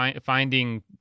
finding